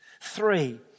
Three